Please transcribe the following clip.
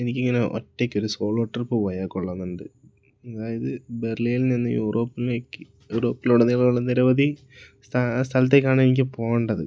എനിക്കിങ്ങനെ ഒറ്റയ്ക്ക് ഒരു സോളോ ട്രിപ്പ് പോയാൽ കൊള്ളാമെന്നുണ്ട് അതായത് ബെർലിനിൽ നിന്ന് യൂറോപ്പിലേക്ക് യൂറോപ്പിലുടന്നിളമുള്ള നിരവധി സ്ഥലത്തേക്കാണ് എനിക്ക് പോകേണ്ടത്